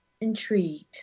intrigued